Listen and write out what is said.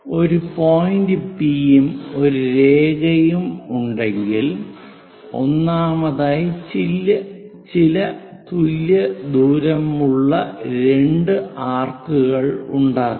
ഒരു point P യും ഒരു രേഖയുണ്ടെങ്കിൽ ഒന്നാമതായി ചില തുല്യ ദൂരമുള്ള രണ്ട് ആർക്കുകൾ ഉണ്ടാക്കുക